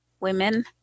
women